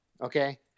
okay